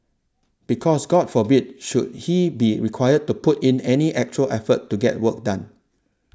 because god forbid should he be required to put in any actual effort to get work done